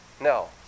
No